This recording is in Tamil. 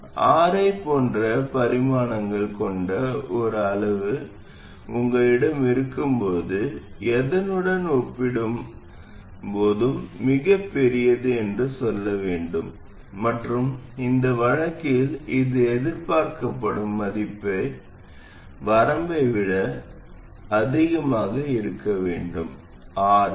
Ri போன்ற பரிமாணங்களைக் கொண்ட ஒரு அளவு உங்களிடம் இருக்கும்போது எதனுடன் ஒப்பிடும்போது அது மிகப் பெரியது என்று சொல்ல வேண்டும் மற்றும் இந்த வழக்கில் இது எதிர்பார்க்கப்படும் மதிப்பு வரம்பை விட அதிகமாக இருக்க வேண்டும் Rs